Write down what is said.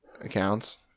accounts